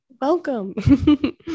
welcome